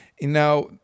Now